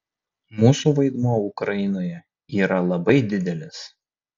mūsų vaidmuo ukrainoje yra labai didelis